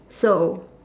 so